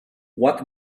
what